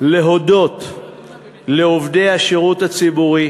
להודות לעובדי השירות הציבורי,